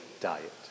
diet